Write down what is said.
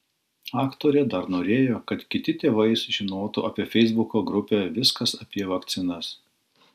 aktorė dar norėjo kad kiti tėvai žinotų apie feisbuko grupę viskas apie vakcinas